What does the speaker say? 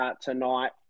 tonight